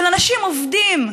של אנשים עובדים,